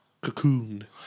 Cocoon